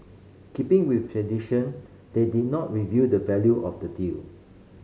keeping with tradition they did not reveal the value of the deal